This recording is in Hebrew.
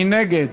מי נגד?